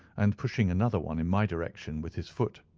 and pushing another one in my direction with his foot.